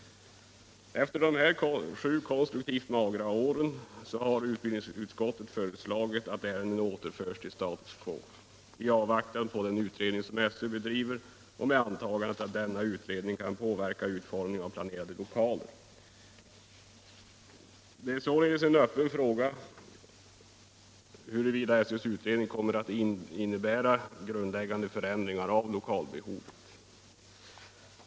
Efter de här konstruktivt sett sju magra åren har utbildningsutskottet föreslagit att ärendet, i avvaktan på den utredning som skolöverstyrelsen bedriver och med antagandet att denna utredning kan påverka utformningen av planerade lokaler, återförs till status quo. Det är således en öppen fråga huruvida SÖ:s utredning kommer att innebära grundläggande förändringar av lokalbehovet.